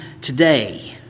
today